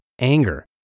anger